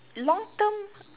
long term